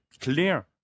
clear